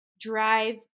drive